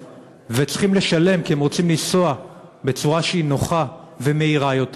צריכים לשלם כי הם רוצים לנסוע בצורה שהיא נוחה ומהירה יותר.